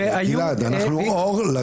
גלעד, אנחנו אור לגויים.